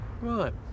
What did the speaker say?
right